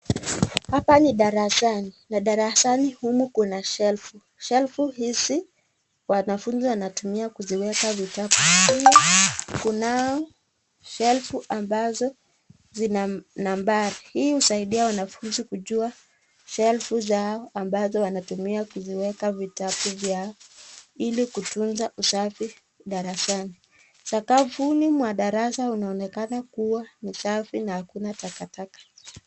Hapa ni darasani na darasani humu kuna shelfu . Shelfu hizi wanafunzi wanatumia kuziweka vitabu. Pia kunao shelfu ambazo zina nambari. Hii husaidia wanafunzi kujua shelfu zao ambazo wanatumia kuziweka vitabu vyao ili kutunza usafi darasani. Sakafuni mwa darasa unaonekana kuwa ni safi na hakuna takataka.